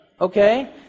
Okay